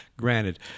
Granted